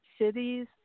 cities